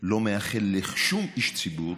לא מאחל לשום איש ציבור